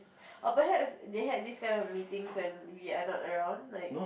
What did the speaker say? or perhaps they had this kind of meetings and we are not around like